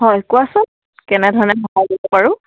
হয় কোৱাচোন কেনেধৰণে সহায় কৰিব পাৰোঁ